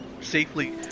safely